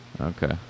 Okay